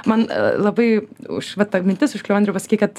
man labai už va ta mintis užkliuvo andriau pasakei kad